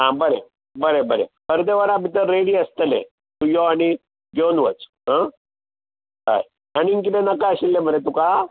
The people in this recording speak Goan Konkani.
हां बरें बरें बरें अर्दवरा भितर रेडी आसतलें तूं यो आनी घेवन वच आं हय आनी कितेंय नाका आशिल्लें मरे तुका